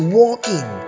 walking